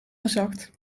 gezakt